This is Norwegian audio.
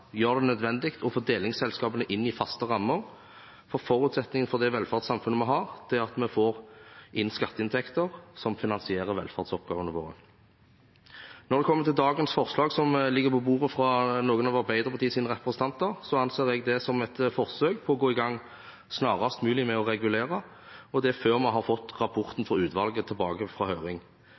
gjør det nødvendig å få delingsselskapene inn i faste rammer, for forutsetningen for det velferdssamfunnet vi har, er at vi får inn skatteinntekter som finansierer velferdsoppgavene våre. Når det kommer til forslaget som i dag ligger på bordet, fra noen av Arbeiderpartiets representanter, anser jeg det som et forsøk på å gå i gang snarest mulig med å regulere, og det før vi har fått rapporten fra utvalget tilbake fra høring.